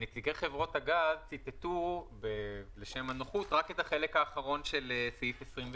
נציגי חברות הגז ציטטו רק את החלק האחרון של סעיף 26,